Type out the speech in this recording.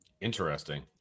Interesting